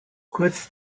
kurz